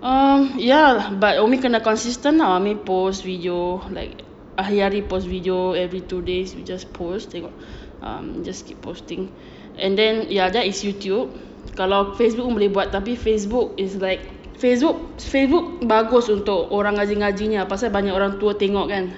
um ya but umi kena consistent ah umi post video like hari-hari post video every two days you just post tengok um just keep posting and then ya that is youtube kalau facebook pun boleh buat tapi facebook is like facebook facebook bagus untuk orang ngaji-ngaji pasal banyak orang tua tengok kan